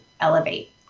elevate